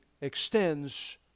extends